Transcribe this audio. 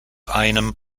einem